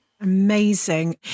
Amazing